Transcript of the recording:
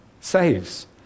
saves